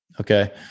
Okay